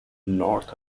north